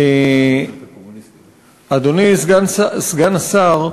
אדוני סגן השר,